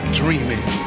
dreaming